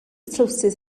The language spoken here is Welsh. trowsus